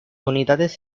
unidades